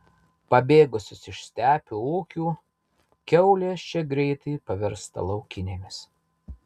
pabėgusios iš stepių ūkių kiaulės čia greitai pavirsta laukinėmis